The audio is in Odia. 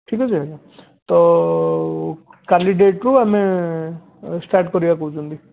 ଠିକ୍ ଅଛି ଆଜ୍ଞା ତ କାଲି ଡେଟ୍ରୁ ଆମେ ଷ୍ଟାର୍ଟ୍ କରିବା କହୁଛନ୍ତି